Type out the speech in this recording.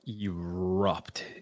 erupt